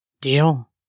Deal